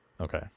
Okay